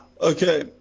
okay